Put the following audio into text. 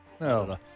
No